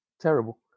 Terrible